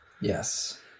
Yes